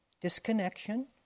disconnection